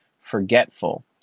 forgetful